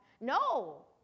No